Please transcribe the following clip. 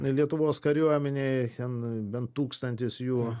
lietuvos kariuomenėj ten bent tūkstantis jų